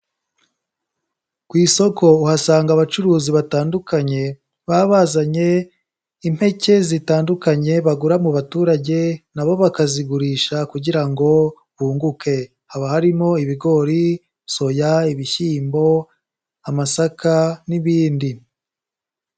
Ku isoko uhasanga abacuruzi batandukanye baba bazanye impeke zitandukanye bagura mu baturage na bo bakazigurisha kugira ngo bunguke, haba harimo ibigori, soya, ibishyimbo, amasaka n'ibindi.